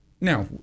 Now